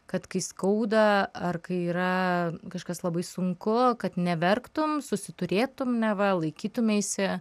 kad kai skauda ar kai yra kažkas labai sunku kad neverktum susiturėtum neva laikytumeisi